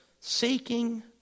Seeking